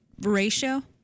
ratio